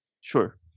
Sure